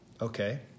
Okay